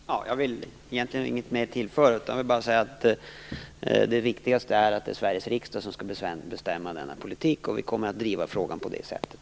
Fru talman! Jag vill egentligen inte tillägga något, utan jag vill bara säga att det viktigaste är att det är Sveriges riksdag som skall bestämma denna politik. Vi kommer också att driva frågan på det sättet.